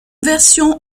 version